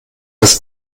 das